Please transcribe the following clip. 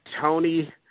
Tony